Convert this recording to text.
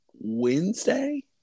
Wednesday